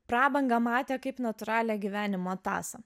prabangą matė kaip natūralią gyvenimo tąsą